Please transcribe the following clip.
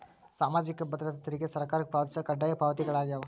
ಸಾಮಾಜಿಕ ಭದ್ರತಾ ತೆರಿಗೆ ಸರ್ಕಾರಕ್ಕ ಪಾವತಿಸೊ ಕಡ್ಡಾಯ ಪಾವತಿಗಳಾಗ್ಯಾವ